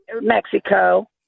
Mexico